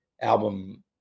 album